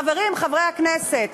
חברים, חברי הכנסת,